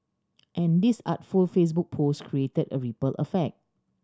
and this artful Facebook post created a ripple effect